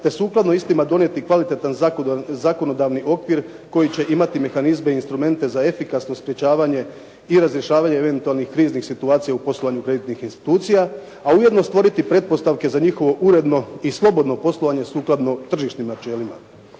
te sukladno istima donijeti kvalitetan zakonodavni okvir koji će imati mehanizme i instrumente za efikasno sprečavanje i razrješavanje eventualnih kriznih situacija u poslovanju kreditnih institucija. A ujedno stvoriti pretpostavke za njihovo uredno i slobodno poslovanje sukladno tržišnim načelima.